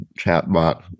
chatbot